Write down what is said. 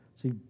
See